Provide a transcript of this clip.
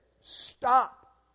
Stop